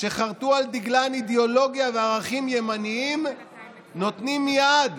שחרתו על דגלן אידיאולוגיה וערכים ימניים נותנות יד